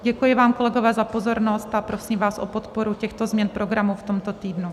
Děkuji vám, kolegové, za pozornost a prosím vás o podporu těchto změn v programu v tomto týdnu.